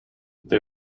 they